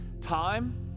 time